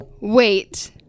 Wait